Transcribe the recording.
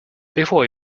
before